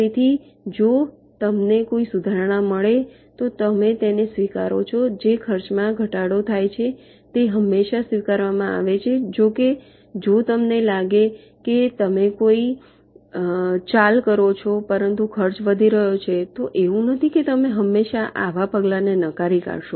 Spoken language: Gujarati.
તેથી જો તમને કોઈ સુધારણા મળે છે તો તમે તેને સ્વીકારો છો જે ખર્ચમાં ઘટાડો થાય છે તે હંમેશાં સ્વીકારવામાં આવે છે જો કે જો તમને લાગે કે તમે કોઈ ચાલ કરો છો પરંતુ ખર્ચ વધી રહ્યો છે તો એવું નથી કે તમે હંમેશાં આવા પગલાને નકારી કાઢશો